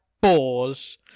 boars